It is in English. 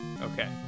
Okay